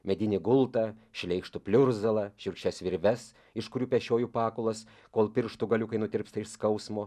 medinį gultą šleikštų pliurzalą šiurkščias virves iš kurių pešioju pakulas kol pirštų galiukai nutirpsta iš skausmo